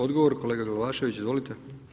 Odgovor kolega Glavašević, izvolite.